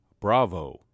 Bravo